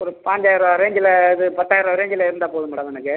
ஒரு பாஞ்சாயிரம் ரூபா ரேஞ்சில் இது பத்தாயிரம் ரூபா ரேஞ்சில் இருந்தால் போதும் மேடம் எனக்கு